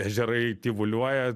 ežerai tyvuliuoja